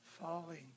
falling